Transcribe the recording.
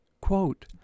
Quote